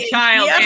Child